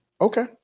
Okay